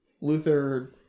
luther